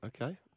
okay